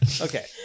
Okay